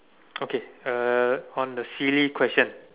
okay uh on the silly question